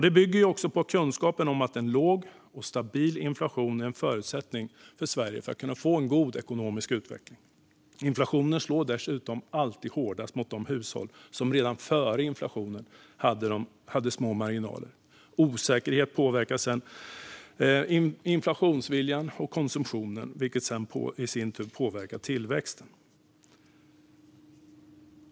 Det bygger på kunskapen om att en låg och stabil inflation är en förutsättning för att Sverige ska få en god ekonomisk utveckling. Inflationen slår dessutom alltid hårdast mot de hushåll som redan före inflationen hade små marginaler. Osäkerhet påverkar sedan investeringsviljan och konsumtionen, vilket i sin tur påverkar tillväxten.